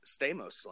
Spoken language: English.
Stamos